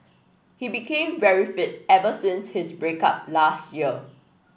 he became very fit ever since his break up last year